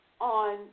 on